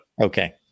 Okay